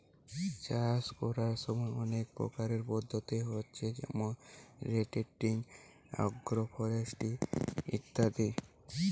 চাষ কোরার সময় অনেক প্রকারের পদ্ধতি হচ্ছে যেমন রটেটিং, আগ্রফরেস্ট্রি ইত্যাদি